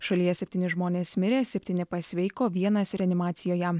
šalyje septyni žmonės mirė septyni pasveiko vienas reanimacijoje